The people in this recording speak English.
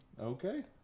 Okay